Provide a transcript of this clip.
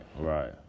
right